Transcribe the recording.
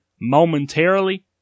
momentarily